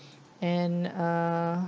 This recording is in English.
and uh